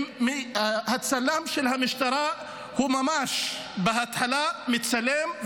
הצלם של המשטרה ממש בהתחלה מצלם,